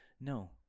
No